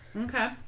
Okay